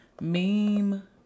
meme